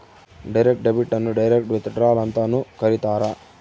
direct debit ಅನ್ನು direct withdrawal ಅಂತನೂ ಕರೀತಾರ